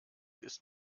ist